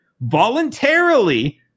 voluntarily